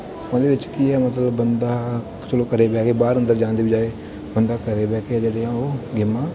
ਉਹਦੇ ਵਿੱਚ ਕੀ ਹੈ ਮਤਲਬ ਬੰਦਾ ਚਲੋ ਘਰ ਬਹਿ ਕੇ ਬਾਹਰ ਅੰਦਰ ਜਾਣ ਦੀ ਬਜਾਏ ਬੰਦਾ ਘਰ ਬਹਿ ਕੇ ਜਿਹੜੇ ਆ ਉਹ ਗੇਮਾਂ